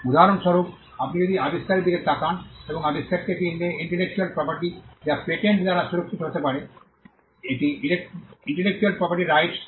উদাহরণস্বরূপ আপনি যদি আবিষ্কারের দিকে তাকান এবং আবিষ্কারটি একটি ইন্টেলেকচুয়াল প্রপার্টি যা পেটেন্ট দ্বারা সুরক্ষিত হতে পারে এটি ইন্টেলেকচুয়াল প্রপার্টি রাইটস